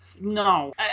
No